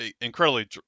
incredibly